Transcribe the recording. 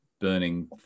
burning